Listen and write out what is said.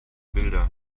bilder